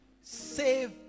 save